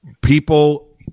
people